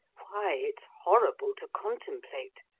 why, it's horrible to contemplate.